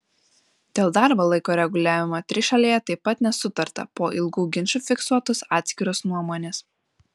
dėl darbo laiko reguliavimo trišalėje taip pat nesutarta po ilgų ginčų fiksuotos atskiros nuomonės